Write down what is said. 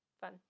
Fun